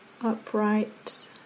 upright